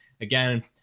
again